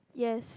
yes